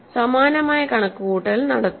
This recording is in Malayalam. സമാനമായ കണക്കുകൂട്ടൽ നടത്തുക